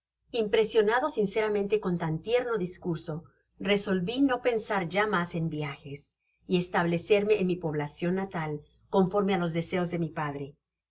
impresionado sinceramente con tan tierno discurso resolvi no pensar ya mas en viajes y establecerme en mi poblacion natal conforme á los deseos de mi padre